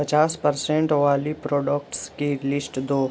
پچاس پرسنٹ والی پراڈکٹس کی لسٹ دو